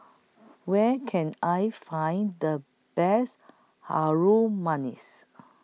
Where Can I Find The Best Harum Manis